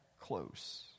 close